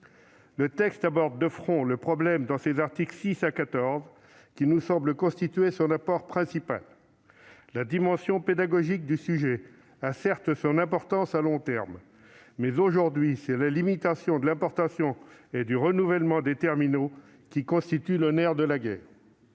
Le texte aborde de front le problème dans ses articles 6 à 14, qui nous semblent constituer son apport principal. La dimension pédagogique du sujet a certes son importance à long terme. Mais aujourd'hui, c'est la limitation de l'importation et du renouvellement des terminaux qui constitue le nerf de la guerre.